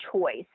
choice